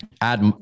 Add